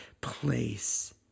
place